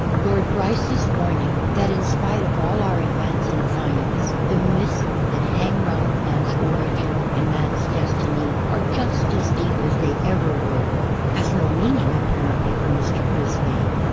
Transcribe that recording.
lord bryce's warning that in spite of all our advance in science the mists that hang round man's origin and man's destiny are just as deep as they ever were has no meaning apparently for mr. brisbane.